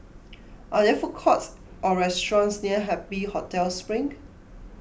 are there food courts or restaurants near Happy Hotel Spring